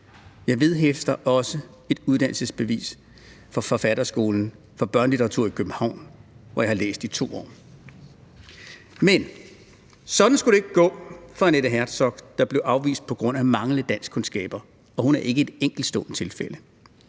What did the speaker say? Jeg vedhæftede også et uddannelsesbevis fra Forfatterskolen for Børnelitteratur i København, hvor jeg havde læst i to år.« Men sådan skulle det ikke gå for Annette Herzog, der blev afvist på grund af manglende danskkundskaber, og hun er ikke et enkeltstående tilfælde.